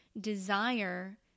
desire